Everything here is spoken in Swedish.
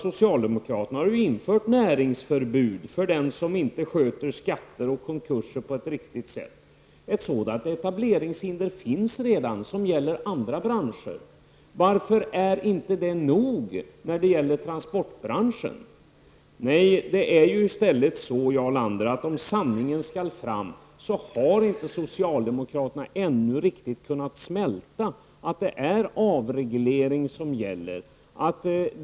Socialdemokraterna har ju infört näringsförbud för den som inte sköter skatter och konkurser på ett riktigt sätt. Ett sådant etableringshinder, som gäller andra branscher, finns alltså redan. Varför är inte det nog när det gäller transportbranschen? Nej, det är ju så, Jarl Lander, om sanningen skall fram, att socialdemokraterna ännu inte riktigt kunnat smälta att det är avreglering som gäller.